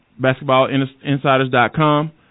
BasketballInsiders.com